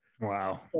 Wow